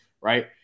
Right